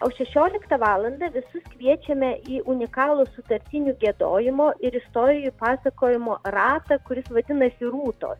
o šešioliktą valandą visus kviečiame į unikalų sutartinių giedojimo ir istorijų pasakojimo ratą kuris vadinasi rūtos